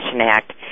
Act